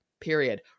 period